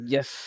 Yes